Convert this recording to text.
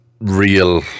real